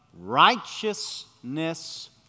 righteousness